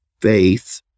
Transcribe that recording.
faith